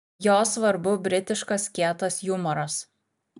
jo svarbu britiškas kietas jumoras